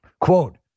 Quote